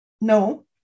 no